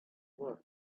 was